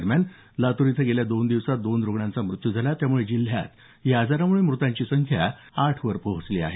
दरम्यान लातूर इथं गेल्या दोन दिवसांत दोन रुग्णांचा मृत्यू झाला त्यामुळे जिल्ह्यात या आजारामुळे मुतांची संख्या आठवर पोहोचली आहे